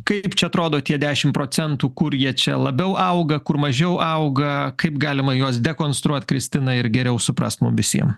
kaip čia atrodo tie dešimt procentų kur jie čia labiau auga kur mažiau auga kaip galima juos dekonstruot kristina ir geriau suprast mum visiem